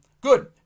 Good